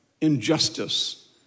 injustice